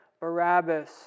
Barabbas